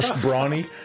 Brawny